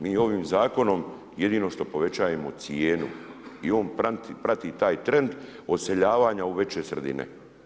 Mi ovim Zakonom jedino što povećavamo cijenu i on prati taj trend odseljavanja u veće sredine.